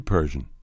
Persian